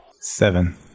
Seven